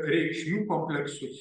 reikšmių kompleksus